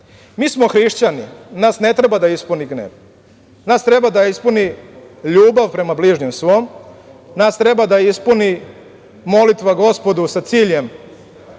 to. Mi smo hrišćani, nas ne treba da ispuni gnev, nas treba da ispuni ljubav prema bližnjem svom, nas treba da ispuni molitva gospodu sa ciljem